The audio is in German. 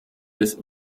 des